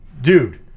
Dude